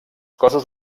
cossos